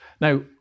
Now